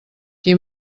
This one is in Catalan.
qui